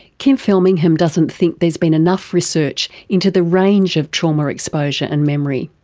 kim felmingham doesn't think there's been enough research into the range of trauma exposure and memory.